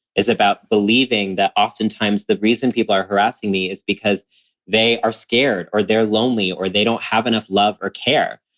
is about believing that oftentimes the reason people are harassing me is because they are scared or they're lonely or they don't have enough love or care.